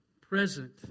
present